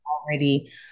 already